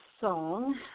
song